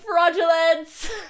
fraudulence